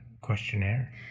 questionnaire